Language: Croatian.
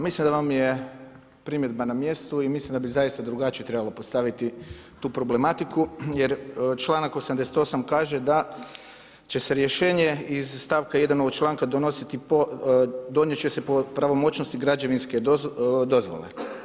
Mislim da vam je primjedba na mjestu i mislim da bi zaista drugačije trebalo postaviti tu problematiku, jer članak 88. kaže da će se rješenje i stavka 1. ovog članka donositi po pravomoćnosti građevinske dozvole.